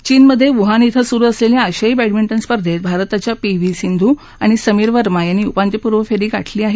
चीनमधे वुहान श्वे सुरु असलेल्या आशियाई बॅडमिंटन स्पर्धेत भारताच्या पी व्ही सिंधू आणि समीर वर्मा यांनी उपांत्यपूर्व फेरी गाठली आहे